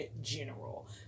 general